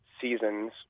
seasons